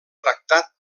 tractat